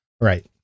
Right